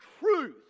truth